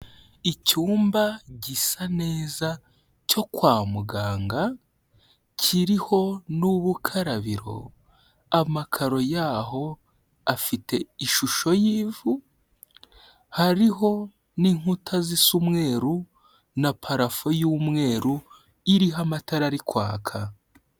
Icyumba gisa neza cyo kwa muganga, kiriho n'ubukarabiro, amakaro yaho afite ishusho y'ivu, hariho n'inkuta zisa umweru, na parafo y'umweru, iriho amatara ari kwaka.